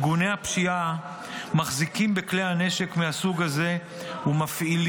ארגוני הפשיעה מחזיקים בכלי הנשק מהסוג הזה ומפעילים